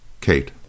Kate